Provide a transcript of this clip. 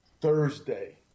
Thursday